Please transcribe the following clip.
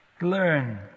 learn